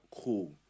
Cool